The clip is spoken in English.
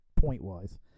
point-wise